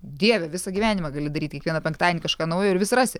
dieve visą gyvenimą gali daryt kiekvieną penktadienį kažką naujo ir vis rasi